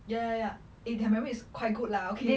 ya ya ya eh their memory is quite good lah okay they know your name